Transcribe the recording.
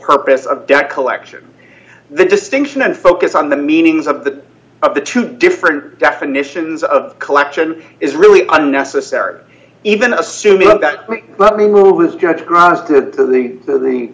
purpose of debt collection the distinction and focus on the meanings of the of the two different definitions of collection is really unnecessary even assum